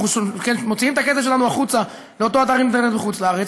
אנחנו מוציאים את הכסף שלנו החוצה לאותו אתר אינטרנט בחוץ לארץ,